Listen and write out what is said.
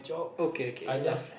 okay okay enough